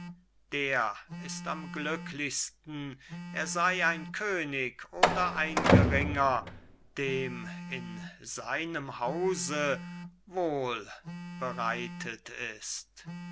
der ist am glücklichsten er sei ein könig oder ein geringer dem in seinem hause wohl bereitet ist